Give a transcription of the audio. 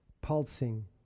pulsing